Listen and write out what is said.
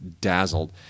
dazzled